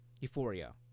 euphoria